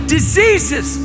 Diseases